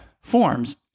forms